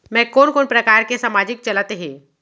मैं कोन कोन प्रकार के सामाजिक चलत हे?